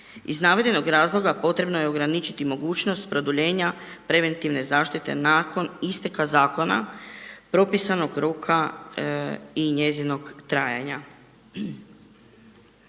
Iz navedenog razloga potrebno je ograničiti mogućnost produljenja preventivne zaštite nakon isteka zakona propisanog roka i njezinog trajanja.